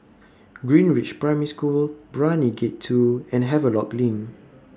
Greenridge Primary School Brani Gate two and Havelock LINK